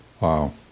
Wow